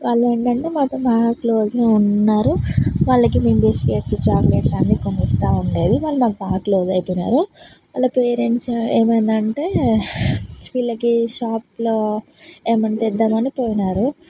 వాళ్ళు ఏంటంటే మాతో బాగా క్లోజ్గా ఉన్నారు వాళ్ళకి మేం బిస్కెట్స్ చాక్లెట్స్ అన్నీ కొనిస్తూ ఉండేది వాళ్ళు మాకు బాగా క్లోస్ అయిపోయినారు వాళ్ళ పేరెంట్స్ ఏమైందంటే వీళ్ళకి షాప్లో ఏమన్నా తెద్దామని పోయినారు